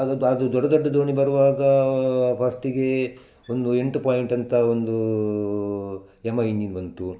ಅದೊಂದು ಅದು ದೊಡ್ಡ ದೊಡ್ಡ ದೋಣಿ ಬರುವಾಗ ಫಸ್ಟಿಗೆ ಒಂದು ಎಂಟು ಪಾಯಿಂಟ್ ಅಂತ ಒಂದು ಎಮ್ ಐ ಇಂಜಿನ್ ಬಂತು